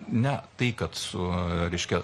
ne tai kad su reiškia